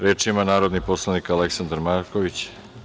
Reč ima narodni poslanik Aleksandar Marković.